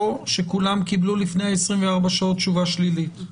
או שכולם קיבלו לפני 24 שעות תשובה שלילית.